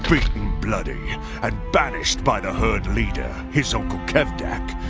beaten bloody and banished by the herd leader, his uncle kevdak,